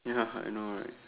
ya I know right